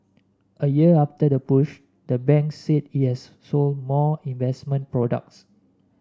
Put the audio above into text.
a year after the push the bank said it has sold more investment products